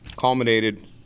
culminated